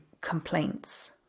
complaints